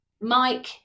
Mike